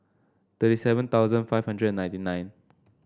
thirty seven thousand five hundred and ninety nine